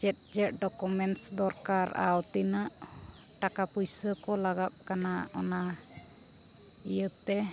ᱪᱮᱫ ᱪᱮᱫ ᱰᱳᱠᱚᱢᱮᱱᱴᱥ ᱫᱚᱨᱠᱟᱨ ᱟᱨ ᱛᱤᱱᱟᱹᱜ ᱴᱟᱠᱟ ᱯᱩᱭᱥᱟᱹ ᱠᱚ ᱞᱟᱜᱟᱜ ᱠᱟᱱᱟ ᱚᱱᱟ ᱤᱭᱟᱹᱛᱮ